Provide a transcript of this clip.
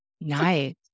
Nice